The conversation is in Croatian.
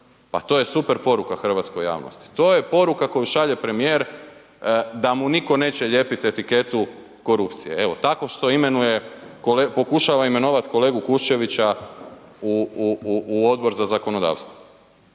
Pa to je super poruka hrvatskoj javnosti. Top je poruka koju šalje premijer da mu nitko neće lijepiti etiketu korupcije. Evo tako što imenuje, pokušava imenovati kolegu Kuščevića u Odbor za zakonodavstvo.